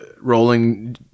rolling